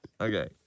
Okay